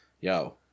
yo